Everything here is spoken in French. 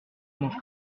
mange